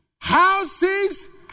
Houses